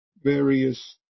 various